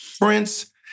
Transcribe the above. Prince